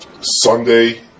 Sunday